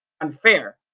unfair